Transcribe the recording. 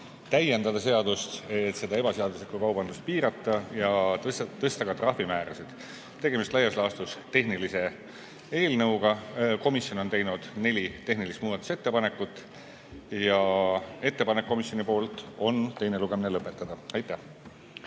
täiendada seadust, et seda ebaseaduslikku kaubandust piirata ja tõsta ka trahvimäärasid. Tegemist on laias laastus tehnilise eelnõuga. Komisjon on teinud neli tehnilist muudatusettepanekut. Ja ettepanek komisjoni poolt on teine lugemine lõpetada. Aitäh!